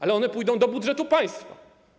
Ale one pójdą do budżetu państwa.